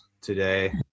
today